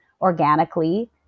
organically